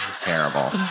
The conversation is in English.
Terrible